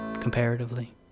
comparatively